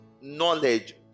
knowledge